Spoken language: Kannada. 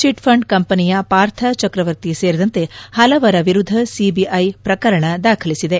ಚಿಟ್ ಫಂಡ್ ಕಂಪನಿಯ ಪಾರ್ಥ ಚಕ್ರವರ್ತಿ ಸೇರಿದಂತೆ ಹಲವರ ವಿರುದ್ಲ ಸಿಬಿಐ ಪ್ರಕರಣ ದಾಖಲಿಸಿದೆ